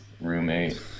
roommate